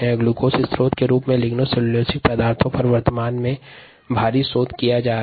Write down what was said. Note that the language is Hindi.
ग्लूकोज स्त्रोत के रूप में लिग्नोसेलुलोसिक पदार्थों पर वर्तमान में शोध जारी है